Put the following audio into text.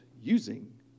using